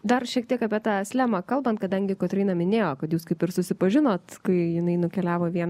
dar šiek tiek apie tą slemą kalbant kadangi kotryna minėjo kad jūs kaip ir susipažinot kai jinai nukeliavo į vieną